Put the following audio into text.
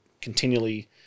continually